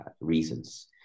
reasons